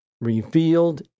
Revealed